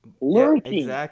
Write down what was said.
Lurking